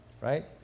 right